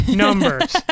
numbers